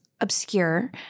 obscure